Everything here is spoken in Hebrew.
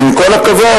ועם כל הכבוד,